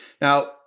Now